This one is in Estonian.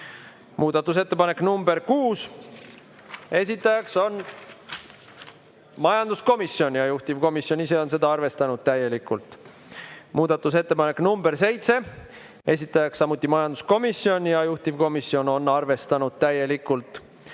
Muudatusettepanek nr 6, esitajaks on majanduskomisjon ja juhtivkomisjon on seda arvestanud täielikult. Muudatusettepanek nr 7, esitajaks samuti majanduskomisjon ja juhtivkomisjon on arvestanud täielikult.